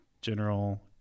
general